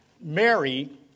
Mary